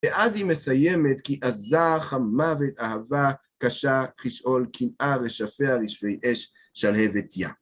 ואז היא מסיימת, "כי־עזה כמוות אהבה קשה כשאול קנאה רשפיה רשפי אש שלהבתיה".